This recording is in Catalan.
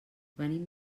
venim